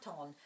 on